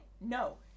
no